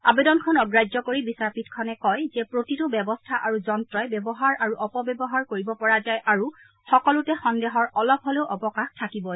আবেদনখন অগ্ৰাহ্য কৰি বিচাৰপীঠখনে কয় যে প্ৰতিটো ব্যৱস্থা আৰু যন্ত্ৰই ব্যৱহাৰ আৰু অপ ব্যৱহাৰ কৰিব পৰা যায় আৰু সকলোতে সন্দেহৰ অলপ হ'লেও অৱকাশ থাকিবই